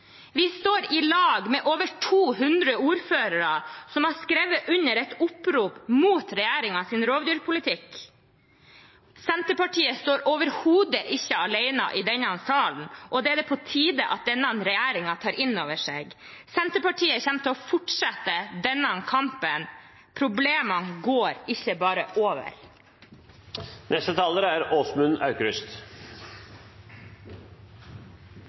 Vi står i lag med over 200 ordførere som har skrevet under et opprop mot regjeringens rovdyrpolitikk. Senterpartiet står overhodet ikke alene i denne saken, og det er det på tide at denne regjeringen tar innover seg. Senterpartiet kommer til å fortsette denne kampen. Problemene går ikke bare over.